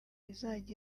izajya